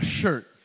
shirt